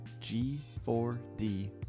G4D